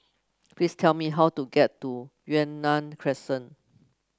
please tell me how to get to Yunnan Crescent